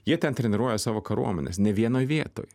jie ten treniruoja savo kariuomenes ne vienoj vietoj